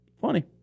Funny